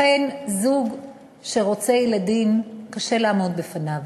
אכן, זוג שרוצה ילדים קשה לעמוד בפניו.